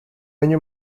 año